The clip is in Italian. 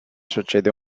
succede